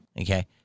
okay